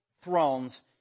thrones